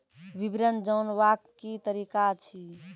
विवरण जानवाक की तरीका अछि?